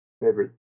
favorite